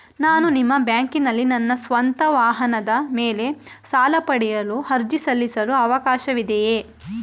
ನಾನು ನಿಮ್ಮ ಬ್ಯಾಂಕಿನಲ್ಲಿ ನನ್ನ ಸ್ವಂತ ವಾಹನದ ಮೇಲೆ ಸಾಲ ಪಡೆಯಲು ಅರ್ಜಿ ಸಲ್ಲಿಸಲು ಅವಕಾಶವಿದೆಯೇ?